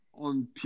On